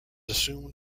assumed